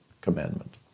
Commandment